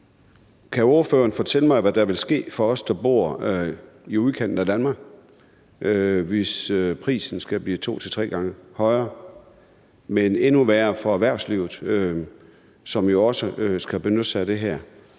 Kan ordføreren fortælle mig, hvad der vil ske for os, der bor i udkanten af Danmark, hvis prisen skal blive to til tre gange højere, og endnu værre for erhvervslivet, som jo også skal benytte sig af det her?